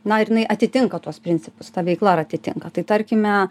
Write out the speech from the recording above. na ar jinai atitinka tuos principus ta veikla ar atitinka tai tarkime